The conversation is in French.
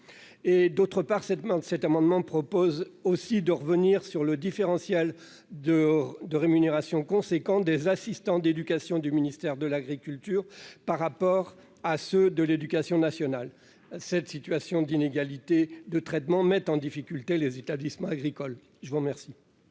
D'autre part, il vise également à revenir sur le différentiel de rémunération important des assistants d'éducation du ministère de l'agriculture par rapport à ceux de l'éducation nationale. Cette situation d'inégalité de traitement met en difficulté les établissements agricoles. Quel